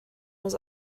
was